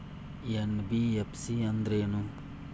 NBFC ಅಂದ್ರೇನು?